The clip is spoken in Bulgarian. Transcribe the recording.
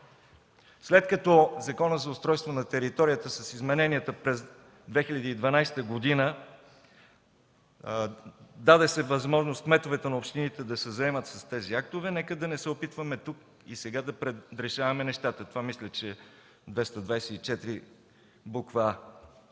След като Законът за устройство на територията с измененията през 2012 г. даде възможност на кметовете на общините да се заемат с тези актове, нека да не се опитваме тук и сега да предрешаваме нещата, мисля, че това е